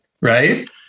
Right